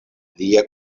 lia